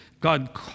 God